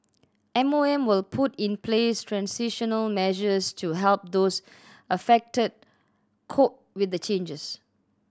M O M will put in place transitional measures to help those affected cope with the changes